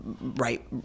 right